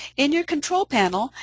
in your control panel,